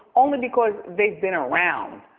only because they've been around.